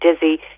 dizzy